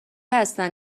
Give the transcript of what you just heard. هستن